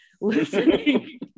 listening